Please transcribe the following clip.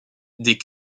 des